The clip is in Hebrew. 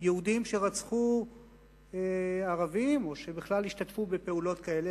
יהודים שרצחו ערבים או שבכלל השתתפו בפעולות כאלה,